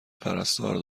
پرستار